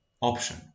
option